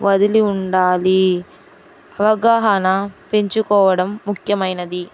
వదిలి ఉండాలి అవగాహన పెంచుకోవడం ముఖ్యమైనది